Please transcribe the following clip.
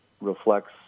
reflects